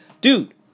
Dude